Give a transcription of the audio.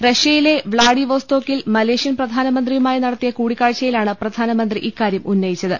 Russia യിലെ വ്ളാഡിവോസ്തോക്കിൽ Malaysian പ്രധാനമന്ത്രിയുമായി നടത്തിയ കൂടിക്കാഴ്ചയിലാണ് പ്രധാനമന്ത്രി ഇക്കാരൃം ഉന്നയി ച്ചത്